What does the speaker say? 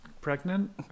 pregnant